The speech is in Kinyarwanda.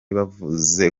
bavuze